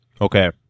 Okay